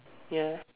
ya